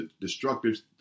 destructive